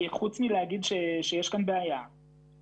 במיקור חוץ אני דורש שהפיקוח יבוא אלי עם השכלה.